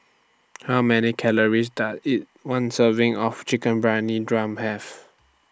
How Many Calories Does A one Serving of Chicken Briyani drum Have